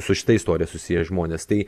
su šita istorija susiję žmonės tai